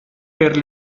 per